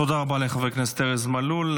תודה רבה לחבר הכנסת ארז מלול.